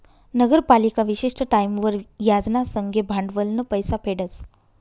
नगरपालिका विशिष्ट टाईमवर याज ना संगे भांडवलनं पैसा फेडस